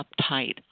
uptight